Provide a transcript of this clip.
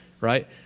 right